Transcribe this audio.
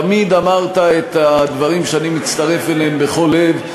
תמיד אמרת את הדברים, שאני מצטרף אליהם בכל לב,